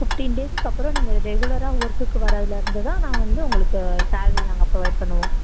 fifteen டேஸ்க்கு அப்புறம் நீங்கள் ரெகுலராக ஒர்க்குக்கு வரதுலேருந்துதான் நான் வந்து உங்களுக்கு சாலரி நாங்கள் ப்ரொவைட் பண்ணுவோம்